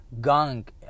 gunk